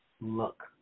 look